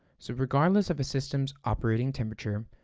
so regardless of a system's operating temperature,